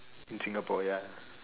in Singapore ya